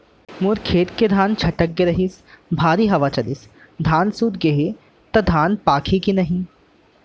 मोर खेत के धान छटक गे रहीस, भारी हवा चलिस, धान सूत गे हे, त धान पाकही के नहीं?